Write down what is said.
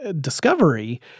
discovery